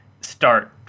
start